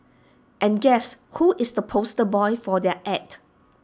and guess who is the poster boy for their Ad